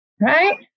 right